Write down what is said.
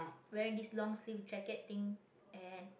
wearing this long sleeve jacket thing and